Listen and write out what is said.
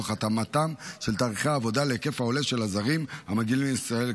תוך התאמתם של תהליכי העבודה להיקף העולה של הזרים המגיעים לישראל,